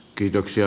kiitoksia